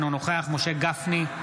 אינו נוכח משה גפני,